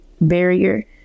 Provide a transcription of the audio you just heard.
barrier